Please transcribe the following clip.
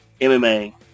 MMA